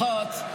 אחת,